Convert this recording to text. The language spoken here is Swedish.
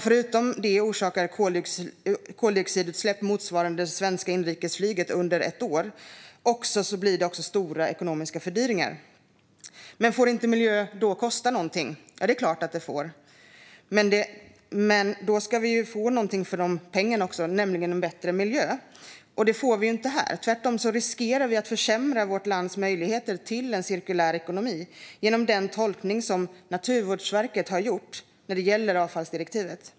Förutom att det orsakar koldioxidutsläpp motsvarande det svenska inrikesflyget under ett år blir det också stora ekonomiska fördyringar. Får då inte miljön kosta någonting? Det är klart att den får. Men då ska vi också få någonting för de pengarna, nämligen en bättre miljö. Det får vi inte här. Tvärtom riskerar vi att försämra vårt lands möjligheter till en cirkulär ekonomi genom den tolkning som Naturvårdsverket har gjort när det gäller avfallsdirektivet.